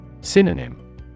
Synonym